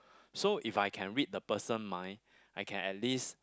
so if I can read the person mind I can at least